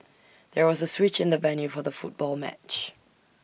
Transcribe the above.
there was A switch in the venue for the football match